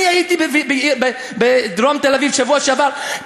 אני הייתי בדרום תל-אביב בשבוע שעבר,